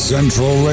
Central